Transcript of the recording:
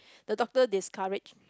the doctor discourage